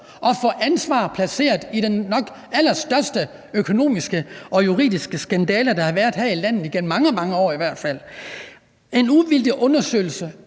og få ansvar placeret i den nok allerstørste økonomiske og juridiske skandale, der har været her i landet igennem mange, mange år i hvert fald. En uvildig undersøgelse